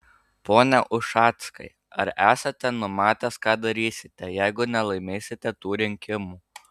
pone ušackai ar esate numatęs ką darysite jeigu nelaimėsite tų rinkimų